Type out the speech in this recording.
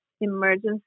emergency